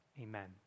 Amen